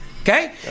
Okay